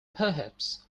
perhaps